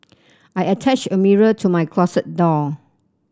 I attached a mirror to my closet door